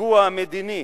הפיגוע המדיני,